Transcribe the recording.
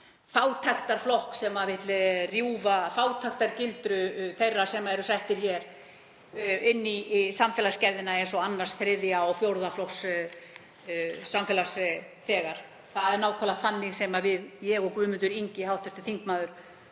fátæktarflokk sem vill rjúfa fátæktargildru þeirra sem eru settir hér inn í samfélagsgerðina eins og annars, þriðja og fjórða flokks samfélagsþegnar. Það er nákvæmlega það sem við, ég og hv. þm. Guðmundur Ingi Kristinsson,